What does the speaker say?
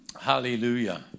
Hallelujah